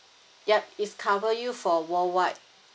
yup it's cover you for worldwide